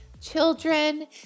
children